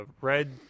red